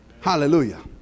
Hallelujah